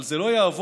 אבל זה לא יעבוד